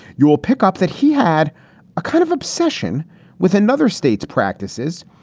you will pick up that he had a kind of obsession with another state's practices.